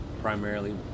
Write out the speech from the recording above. primarily